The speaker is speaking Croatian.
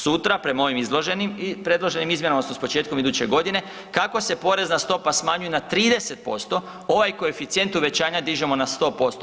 Sutra, prema ovim izloženim, predloženim izmjenama odnosno s početkom iduće godine kako se porezna stopa smanjuje na 30% ovaj koeficijent uvećanja dižemo na 100%